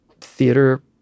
theater